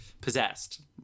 possessed